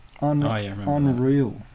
unreal